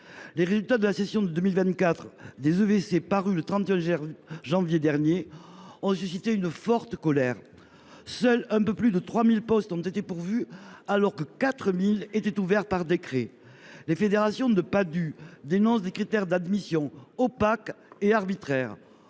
Les résultats de la session 2024 des EVC, parus le 31 janvier dernier, ont suscité une forte colère. Seulement un peu plus de 3 000 postes ont été pourvus, alors que 4 000 étaient ouverts par décret. Alors que les fédérations de Padhue dénoncent des critères d’admission opaques et arbitraires,